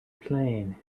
plane